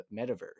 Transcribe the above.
metaverse